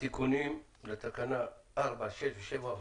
התיקונים לתקנה 4, 6 ו-7 אושרו.